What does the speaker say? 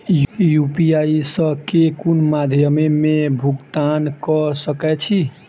UPI सऽ केँ कुन मध्यमे मे भुगतान कऽ सकय छी?